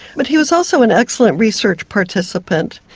but he was also an excellent research participant.